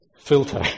filter